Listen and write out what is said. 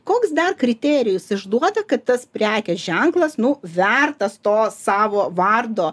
koks dar kriterijus išduoda kad tas prekės ženklas nu vertas to savo vardo